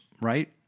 right